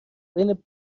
بین